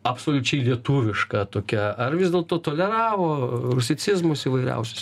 absoliučiai lietuviška tokia ar vis dėlto toleravo rusicizmus įvairiausius visai